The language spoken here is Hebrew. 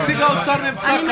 לחוק.